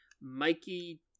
Mikey